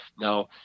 now